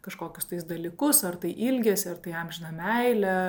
kažkokius tais dalykus ar tai ilgesį ar tai amžiną meilę